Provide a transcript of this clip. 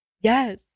yes